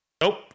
Nope